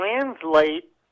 translate